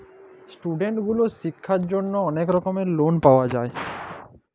student গুলার শিক্ষার জন্হে অলেক রকম লন পাওয়া যায়